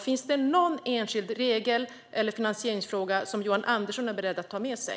Finns det någon enskild regel eller finansieringsfråga som Johan Andersson är beredd att ta med sig?